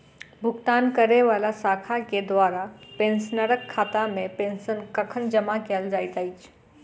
भुगतान करै वला शाखा केँ द्वारा पेंशनरक खातामे पेंशन कखन जमा कैल जाइत अछि